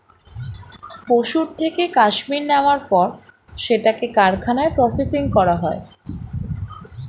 পশুর থেকে কাশ্মীর নেয়ার পর সেটাকে কারখানায় প্রসেসিং করা হয়